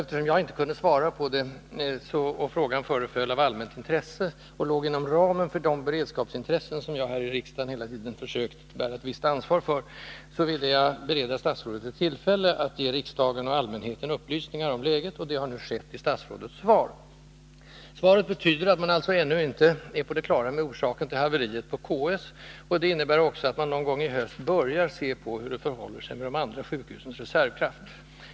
Eftersom jag inte kunde svara på det och frågan föreföll vara av allmänt intresse och ligga inom ramen för de beredskapsintressen som jag här i riksdagen hela tiden försökt bära ett visst ansvar för, ville jag bereda statsrådet tillfälle att ge riksdagen och allmänheten upplysningar om läget. Det har nu skett genom statsrådets svar. Svaret betyder att man alltså ännu inte är på det klara med orsaken till haveriet vid KS, och det innebär också att man någon gång i höst börjar se på hur det förhåller sig med de andra sjukhusens reservkraft.